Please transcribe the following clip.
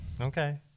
Okay